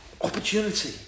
opportunity